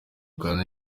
kandi